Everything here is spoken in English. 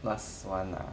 last one ah